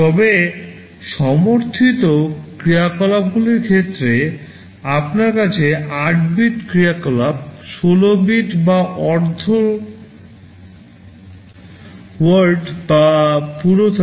তবে সমর্থিত ক্রিয়াকলাপগুলির ক্ষেত্রে আপনার কাছে 8 bit ক্রিয়াকলাপ 16 bit বা অর্ধ word বা পুরো 32 বিট word থাকতে পারে